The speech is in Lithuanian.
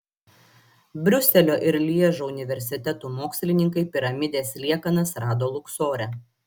briuselio ir lježo universitetų mokslininkai piramidės liekanas rado luksore